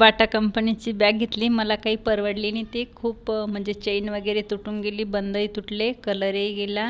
Bata कंपनीची bag घेतली मला काही परवडली नाही ती खूप म्हणजे चेन वगैरे तुटून गेली बंदही तुटले कलरही गेला